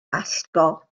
allgo